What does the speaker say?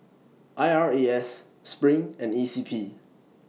I R A S SPRING and E C P